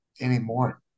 anymore